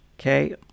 Okay